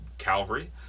calvary